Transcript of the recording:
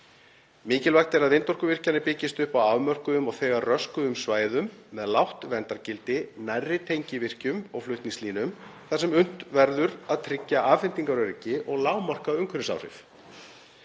Mikilvægt er að vindorkuvirkjanir byggist upp á afmörkuðum og þegar röskuðum svæðum með lágt verndargildi nærri tengivirkjum og flutningslínum þar sem unnt verður að tryggja afhendingaröryggi og lágmarka umhverfisáhrif.